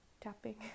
tapping